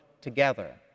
together